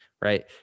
right